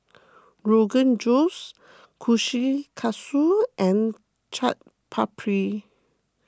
Rogan Josh Kushikatsu and Chaat Papri